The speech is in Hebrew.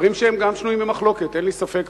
דברים שהם גם שנויים במחלוקת, אין לי ספק.